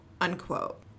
unquote